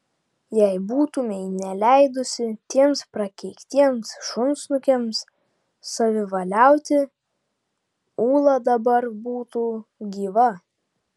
jei būtumei neleidusi tiems prakeiktiems šunsnukiams savivaliauti ūla dabar būtų gyva